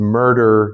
murder